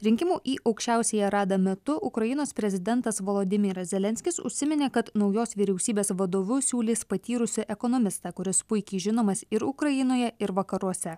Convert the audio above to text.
rinkimų į aukščiausiąją radą metu ukrainos prezidentas volodymyras zelenskis užsiminė kad naujos vyriausybės vadovu siūlys patyrusį ekonomistą kuris puikiai žinomas ir ukrainoje ir vakaruose